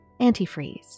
Antifreeze